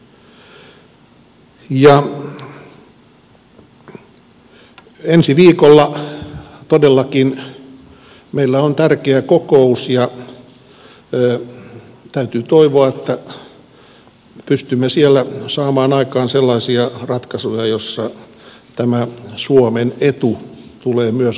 ensi viikolla todellakin meillä on tärkeä kokous ja täytyy toivoa että pystymme siellä saamaan aikaan sellaisia ratkaisuja joissa myös tämä suomen etu tulee otetuksi huomioon